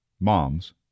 Moms